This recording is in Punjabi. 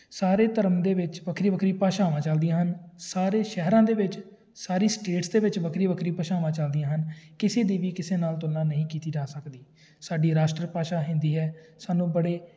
ਸਾਰੇ ਧਰਮਾਂ ਦੇ ਵਿੱਚ ਵੱਖਰੀ ਵੱਖਰੀ ਭਾਸ਼ਾਵਾਂ ਚਲਦੀਆਂ ਹਨ ਸਾਰੇ ਸ਼ਹਿਰਾਂ ਦੇ ਵਿੱਚ ਸਾਰੀ ਸਟੇਟਸ ਦੇ ਵਿੱਚ ਵੱਖਰੀ ਵੱਖਰੀ ਭਾਸ਼ਾਵਾਂ ਚਲਦੀਆਂ ਹਨ ਕਿਸੇ ਦੀ ਵੀ ਕਿਸੇ ਨਾਲ ਤੁਲਨਾ ਨਹੀਂ ਕੀਤੀ ਜਾ ਸਕਦੀ ਸਾਡੀ ਰਾਸ਼ਟਰ ਭਾਸ਼ਾ ਹਿੰਦੀ ਹੈ ਸਾਨੂੰ ਬੜੇ